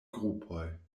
grupoj